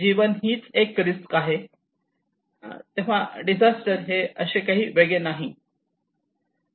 जीवन हीच एक रिस्क आहे डिझास्टर हे काही वेगळे असे नाही